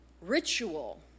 ritual